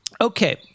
okay